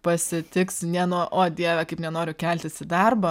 pasitiks ne nuo o dieve kaip nenoriu keltis į darbą